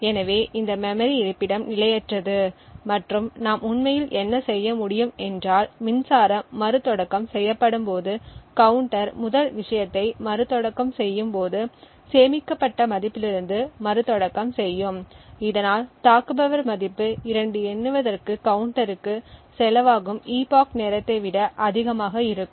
எனவே இந்த மெமரி இருப்பிடம் நிலையற்றது மற்றும் நாம் உண்மையில் என்ன செய்ய முடியும் என்றால் மின்சாரம் மறுதொடக்கம் செய்யப்படும்போது கவுண்டர் முதல் விஷயத்தை மறுதொடக்கம் செய்யும்போது சேமிக்கப்பட்ட மதிப்பிலிருந்து மறுதொடக்கம் செய்யும் இதனால் தாக்குபவர் மதிப்பு 2 எண்ணுவதற்கு கவுண்டருக்கு செலவாகும் epoch நேரத்தை விட அதிகமாக இருக்கும்